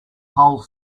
whole